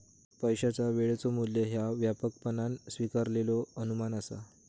पैशाचा वेळेचो मू्ल्य ह्या व्यापकपणान स्वीकारलेलो अनुमान असा